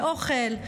אוכל,